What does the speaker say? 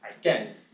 again